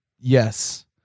yes